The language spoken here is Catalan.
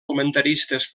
comentaristes